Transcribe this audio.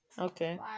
Okay